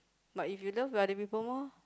but if you love other people more